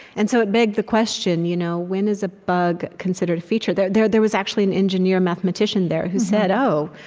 and so it begged the question you know when is a bug considered a feature? there there was actually an engineer-mathematician there, who said, oh,